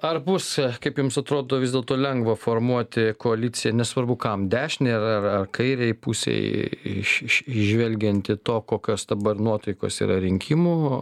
ar bus kaip jums atrodo vis dėlto lengva formuoti koaliciją nesvarbu kam dešinei ar kairei pusei iš iš įžvelgiant į to kokios dabar nuotaikos yra rinkimų